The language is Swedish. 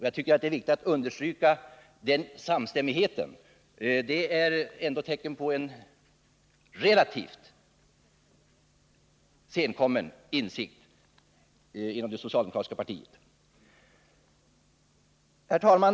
Jag tycker att det är viktigt att understryka den samstämmighet som råder. Den är ett tecken på en relativt senkommen insikt inom det socialdemokratiska partiet. Herr talman!